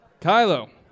Kylo